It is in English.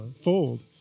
fold